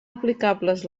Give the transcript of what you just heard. aplicables